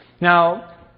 Now